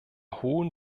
hohen